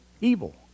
evil